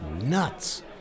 nuts